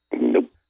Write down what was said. Nope